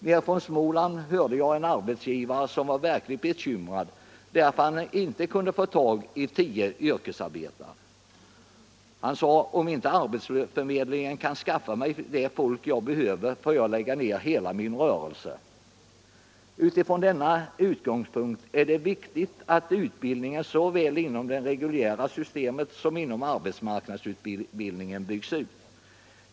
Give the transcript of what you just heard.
Nere i Småland var en arbetsgivare verkligt bekymrad för att han inte kunde få tag på tio yrkesarbetare. Han sade: ”Om inte arbetsförmedlingen kan skaffa mig det folk jag behöver får jag lägga ner hela min rörelse.” Från denna utgångspunkt är det viktigt att utbildningen såväl inom det reguljära systemet som inom arbetsmarknadsutbildningen byggs ut.